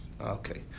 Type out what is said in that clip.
okay